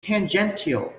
tangential